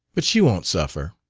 but she won't suffer.